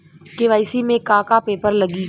KYC में का का पेपर लगी?